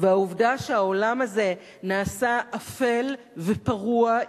והעובדה שהעולם הזה נעשה אפל ופרוע,